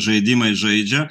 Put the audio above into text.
žaidimais žaidžia